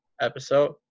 episode